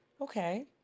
Okay